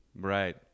Right